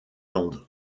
lang